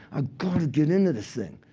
ah got to get into this thing.